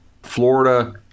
Florida